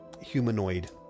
humanoid